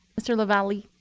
mr. lavalley.